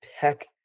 tech